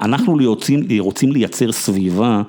‫אנחנו רוצים... רוצים לייצר סביבה...